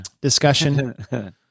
discussion